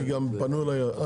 גם פנו אליי.